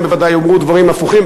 הם בוודאי יאמרו דברים הפוכים,